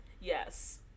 Yes